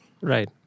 Right